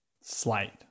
slight